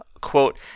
quote